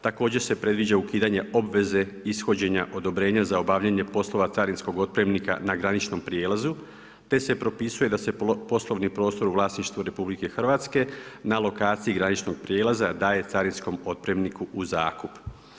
Također se predviđa ukidanje obveze ishođenja odobrenja za obavljanje poslova carinskog otpremnika na graničnom prijelazu te se propisuje da se poslovni prostor u vlasništvu RH na lokaciji graničnog prijelaza daje carinskom otpremniku u zakup.